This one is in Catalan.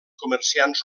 comerciants